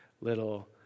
little